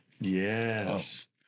Yes